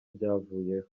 byavuyeho